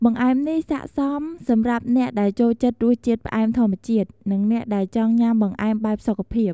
បង្អែមនេះស័ក្តិសមសម្រាប់អ្នកដែលចូលចិត្តរសជាតិផ្អែមធម្មជាតិ និងអ្នកដែលចង់ញ៉ាំបង្អែមបែបសុខភាព។